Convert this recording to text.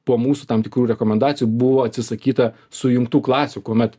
po mūsų tam tikrų rekomendacijų buvo atsisakyta sujungtų klasių kuomet